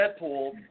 Deadpool